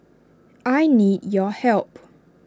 I need your help